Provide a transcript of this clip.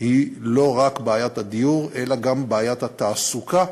היא לא רק בעיית הדיור אלא גם בעיית התעסוקה,